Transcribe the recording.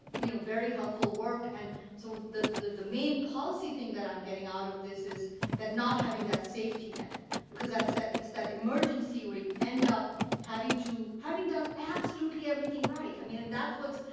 you know, very helpful work. and so the the the main policy thing that i'm getting out of this is that not having that safety net because that's that it's that emergency, where you end up having to having done absolutely everything right, i mean, and that's what's